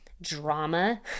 drama